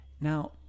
Now